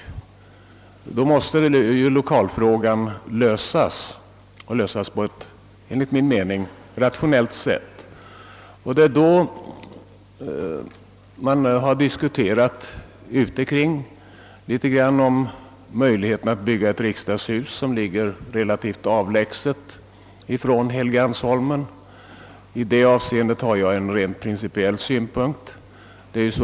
Då måste lokalfrågan lösas på ett rationellt sätt. Man har diskuterat möjligheterna att bygga ett riksdagshus som ligger relativt långt från Helgeandsholmen. Beträffande det förslaget har jag en rent principiell synpunkt.